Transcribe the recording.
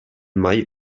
mai